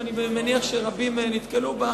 ואני מניח שרבים נתקלו בה,